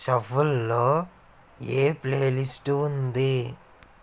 షఫుల్లో ఏ ప్లేలిస్టు ఉంది